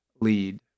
lead